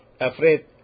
afraid